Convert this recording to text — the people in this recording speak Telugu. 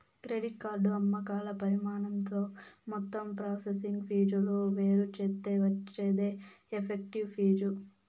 క్రెడిట్ కార్డు అమ్మకాల పరిమాణంతో మొత్తం ప్రాసెసింగ్ ఫీజులు వేరుచేత్తే వచ్చేదే ఎఫెక్టివ్ ఫీజు